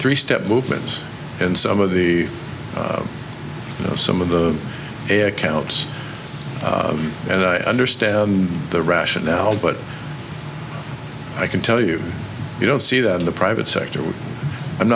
three step movements and some of the you know some of the accounts and i understand the rationale but i can tell you you don't see that in the private sector i'm